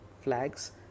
flags